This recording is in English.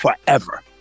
forever